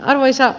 hyvä